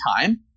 time